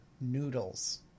Noodles